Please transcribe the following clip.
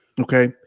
okay